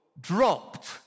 dropped